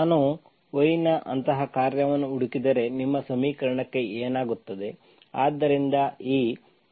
ನಾನು y ನ ಅಂತಹ ಕಾರ್ಯವನ್ನು ಹುಡುಕಿದರೆ ನಿಮ್ಮ ಸಮೀಕರಣಕ್ಕೆ ಏನಾಗುತ್ತದೆ